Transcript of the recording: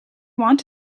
want